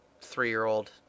three-year-old